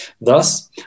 Thus